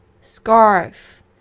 Scarf